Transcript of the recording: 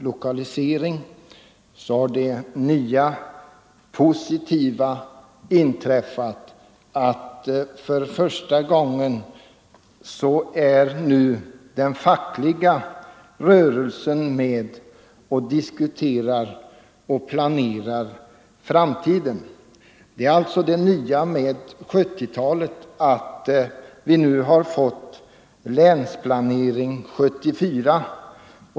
lokaliseringen att det nya positiva har inträffat beträffande lokaliseringen, att den fack — av industri till liga rörelsen nu för första gången är med och diskuterar och planerar — Västkusten framtiden. Det nya med 1970-talet är att vi fått Länsplanering 74.